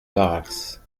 varax